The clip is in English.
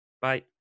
bye